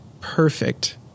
perfect